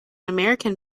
american